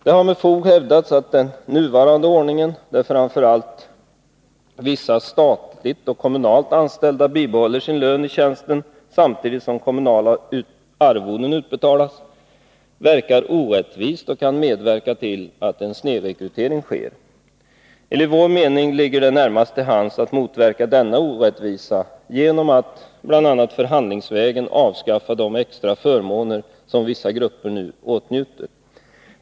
Det har med fog hävdats att den nuvarande ordningen, där framför allt vissa statligt och kommunalt anställda bibehåller sin lön i tjänsten samtidigt som kommunala arvoden utbetalas, verkar orättvist och kan medverka till en snedrekrytering. Enligt vår mening ligger det närmast till hands att motverka denna orättvisa genom att bl.a. förhandlingsvägen avskaffa de extra förmåner som vissa grupper nu åtnjuter.